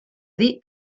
dir